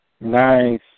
Nice